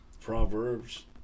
Proverbs